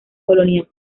colonial